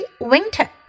winter